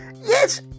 Yes